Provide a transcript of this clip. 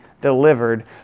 delivered